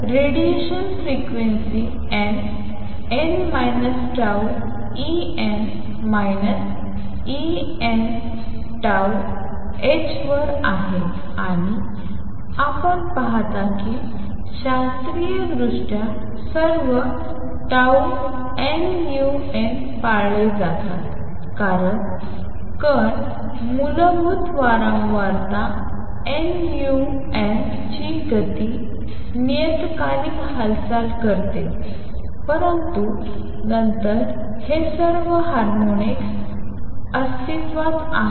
तर radiation frequency n n minus tau E n minus E n minus tau h वर आहे आणि आपण पाहता की शास्त्रीयदृष्ट्या सर्व tau nu n पाळले जातात कारण कण मूलभूत वारंवारता nu n ची गती नियतकालिक हालचाल करते परंतु नंतर हे सर्व हार्मोनिक्स अस्तित्वात आहेत